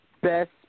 best